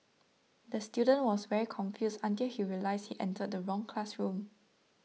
the student was very confused until he realised he entered the wrong classroom